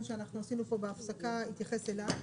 שאנחנו עשינו אותו בהפסקה התייחס אליו,